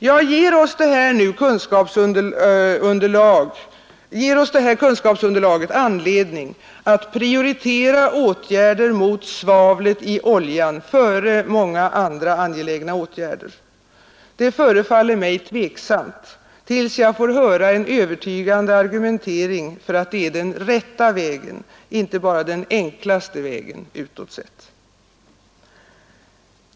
Ja, ger oss detta kunskapsunderlag anledning att prioritera åtgärder mot svavlet i oljan före många andra angelägna åtgärder? Det förefaller mig tveksamt, tills jag får höra en övertygande argumentering för att det är den rätta vägen, inte bara den enklaste vägen, utåt sett.